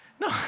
No